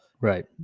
Right